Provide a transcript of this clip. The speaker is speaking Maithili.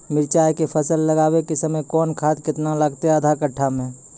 मिरचाय के फसल लगाबै के समय कौन खाद केतना लागतै आधा कट्ठा मे?